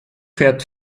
fährt